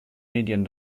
medien